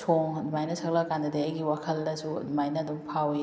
ꯁꯣꯡ ꯑꯗꯨꯃꯥꯏꯅ ꯁꯛꯂꯛꯑ ꯀꯥꯟꯗꯗꯤ ꯑꯩꯒꯤ ꯋꯥꯈꯜꯗꯁꯨ ꯑꯗꯨꯃꯥꯏꯅ ꯑꯗꯨꯝ ꯐꯥꯎꯋꯤ